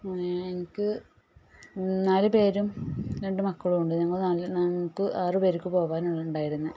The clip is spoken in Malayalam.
എനിക്ക് നാല് പേരും രണ്ടു മക്കളുണ്ട് ഞങ്ങൾ ഞങ്ങൾക്ക് ആറു പേർക്ക് പോകാനാണുണ്ടായിരുന്നു